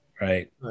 Right